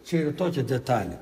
čia yra tokia detalė